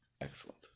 excellent